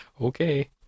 Okay